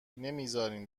نمیزارین